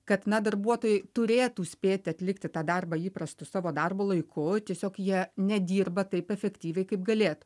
kad na darbuotojai turėtų spėti atlikti tą darbą įprastu savo darbo laiku tiesiog jie nedirba taip efektyviai kaip galėtų